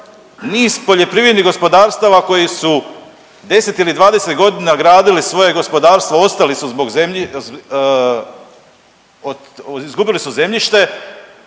niz poljoprivrednih gospodarstava koji su 10 ili 20.g. gradili svoje gospodarstvo ostali su zbog zemlji…, izgubili su zemljište.